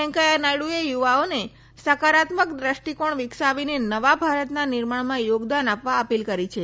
વેંકૈયા નાયડુએ યુવાઓને સકારાત્મક દૃષ્ટિકોણ વિકસાવીને નવા ભારતના નિર્માણમાં યોગદાન આપવા અપીલ કરી છે